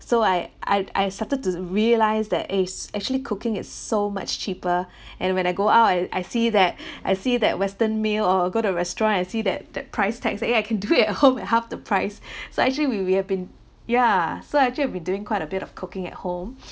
so I I I started to realise that eh actually cooking it's so much cheaper and when I go out I I see that I see that western meal or or go to a restaurant and see that that price tags eh I can do it at home at half the price so actually we we have been yeah so actually we have been doing quite a bit of cooking at home